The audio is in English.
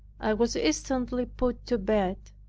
i was instantly put to bed.